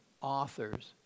authors